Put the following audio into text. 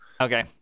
Okay